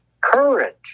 courage